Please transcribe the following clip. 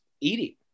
eating